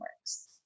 works